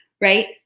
right